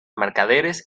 mercaderes